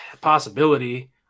possibility